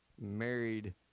married